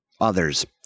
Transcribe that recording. others